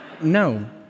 No